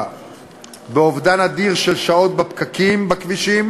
באובדן אדיר של שעות בפקקים בכבישים.